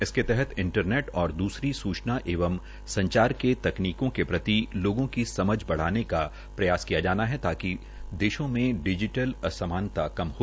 इसके तहत इंटरनेट और दूसरी सूचना एवं संचार के तकनीकों के प्रति लोगों की समझ बढ़ाने का प्रयास किया जाना है कि ताकि देशों में डिजीटल असमानता कम हो